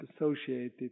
associated